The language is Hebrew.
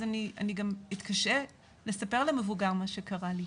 המוצנע אז אני גם אתקשה לספר למבוגר על הדבר הזה שקרה לי.